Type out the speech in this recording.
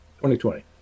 2020